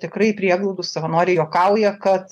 tikrai prieglaudų savanoriai juokauja kad